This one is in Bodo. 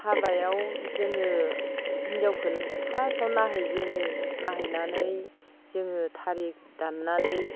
हाबायाव जोङो हिन्जावफोर फार्स्टआव नायहैजेनो नायहैनानै जोङो थारिख दाननानै